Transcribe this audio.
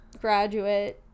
graduate